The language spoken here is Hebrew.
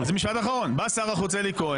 בא שר החוץ אלי כהן,